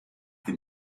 dem